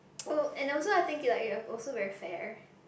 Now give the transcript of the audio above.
oh and also I think you like you have also very fair